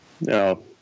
no